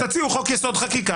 אז תציעו חוק-יסוד: חקיקה,